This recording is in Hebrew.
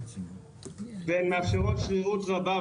הן מאפשרות שרירות רבה,